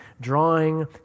drawing